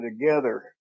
together